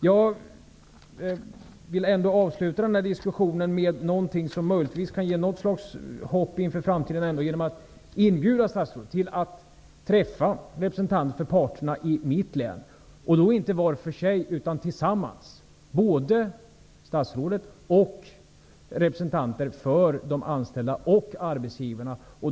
Jag vill ändå avsluta den här diskussionen med någonting som möjligtvis kan ge något slags hopp inför framtiden, nämligen genom att inbjuda statsrådet att träffa representanter för parterna i mitt län, representanter för både de anställda och arbetsgivarna -- och då inte var för sig utan tillsammans.